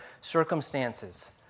circumstances